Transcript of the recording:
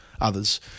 others